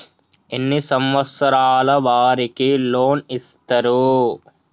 ఎన్ని సంవత్సరాల వారికి లోన్ ఇస్తరు?